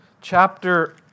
Chapter